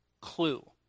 clue